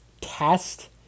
test